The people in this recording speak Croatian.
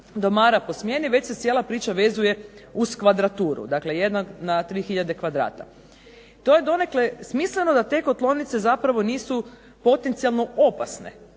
domara po smjeni već se cijela priča vezuje uz kvadraturu, jednog na 3 tisuće kvadrata. To je donekle smisleno da te kotlovnice nisu potencijalno opasne,